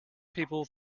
people